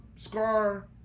Scar